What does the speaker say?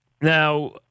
Now